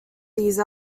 these